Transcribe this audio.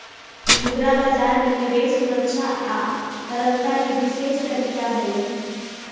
मुद्रा बजार में निवेश सुरक्षा आ तरलता के विशेष तरीका हई